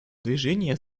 движения